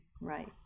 Right